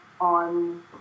on